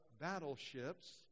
battleships